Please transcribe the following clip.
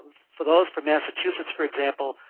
for those from massachusetts, for example,